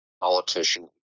politician